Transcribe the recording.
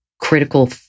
critical